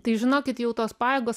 tai žinokit jau tos pajėgos